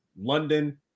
London